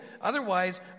Otherwise